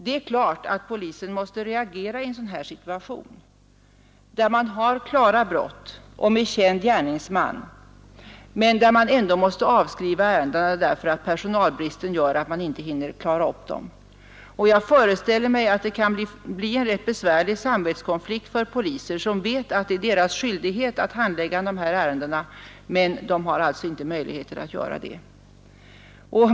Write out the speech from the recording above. Det är klart att polisen måste reagera i en sådan situation; där man har klara brott och känd gärningsman men ändå måste avskriva ärendena, därför att personalbristen gör att man inte hinner klara upp dem. Jag föreställer mig att det kan bli en rätt besvärlig samvetskonflikt för poliser som vet att det är deras skyldighet att handlägga dessa ärenden men som alltså inte har möjligheter att göra det.